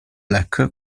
black